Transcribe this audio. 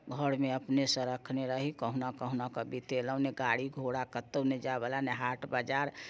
घरमे अपने से रखने रही कहुना कहुनाके बितेलहुँ नहि गाड़ी घोड़ा कतहुँ नहि जाइ बला नहि हाट बजार